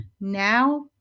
now